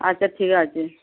আচ্ছা ঠিক আছে